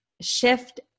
shift